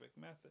method